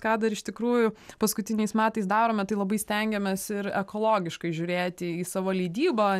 ką dar iš tikrųjų paskutiniais metais darome tai labai stengiamės ir ekologiškai žiūrėti į savo leidybą